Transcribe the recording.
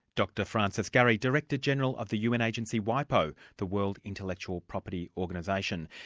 dr francis gurry, director-general of the un agency, wipo, the world intellectual property organisation.